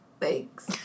Thanks